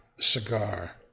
cigar